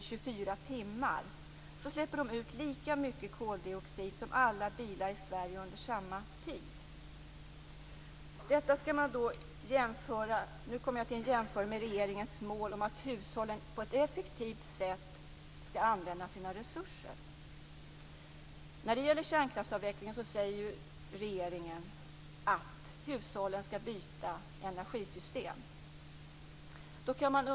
24 timmar, släpper de ut lika mycket koldioxid som alla bilar i Sverige under samma tid. Detta skall jämföras med regeringens mål om att hushållen på ett effektivt sätt skall använda sina resurser. Regeringen säger i fråga om kärnkraftsavvecklingen att hushållen skall byta energisystem.